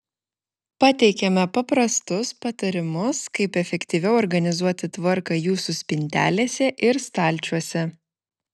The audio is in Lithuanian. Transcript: pateikiame paprastus patarimus kaip efektyviau organizuoti tvarką jūsų spintelėse ir stalčiuose